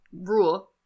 Rule